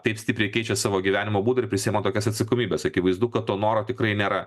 taip stipriai keičia savo gyvenimo būdą ir prisiima tokias atsakomybes akivaizdu kad to noro tikrai nėra